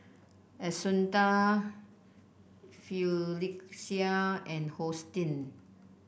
Assunta Phylicia and Hosteen